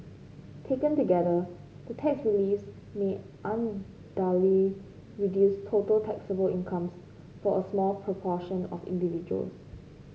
taken together the tax reliefs may unduly reduce total taxable incomes for a small proportion of individuals